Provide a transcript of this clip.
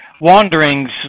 wanderings